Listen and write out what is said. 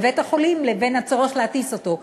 בבית-החולים לבין הצורך להטיס אותו.